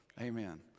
Amen